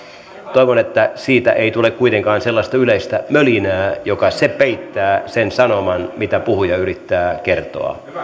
toivon että siitä ei tule kuitenkaan sellaista yleistä mölinää joka peittää sen sanoman mitä puhuja yrittää kertoa